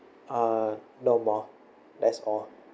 uh no more that's all